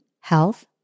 health